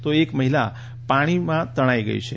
તો એક મહિલા પાણીમાં તણાઇ ગઇ છે